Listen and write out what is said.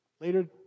later